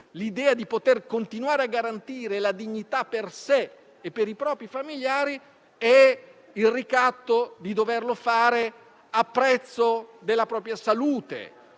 quindi, di poter continuare a garantire la dignità per sé e i propri familiari) e la consapevolezza di doverlo fare a prezzo della propria salute